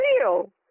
real